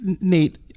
Nate